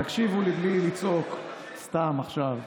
תקשיבו לי בלי לצעוק סתם עכשיו.